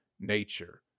nature